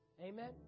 Amen